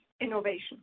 innovation